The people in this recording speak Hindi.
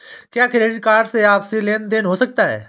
क्या क्रेडिट कार्ड से आपसी लेनदेन हो सकता है?